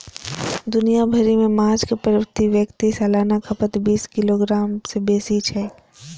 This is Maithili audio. दुनिया भरि मे माछक प्रति व्यक्ति सालाना खपत बीस किलोग्राम सं बेसी छै